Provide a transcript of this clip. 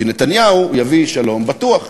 כי נתניהו יביא שלום בטוח.